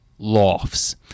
lofts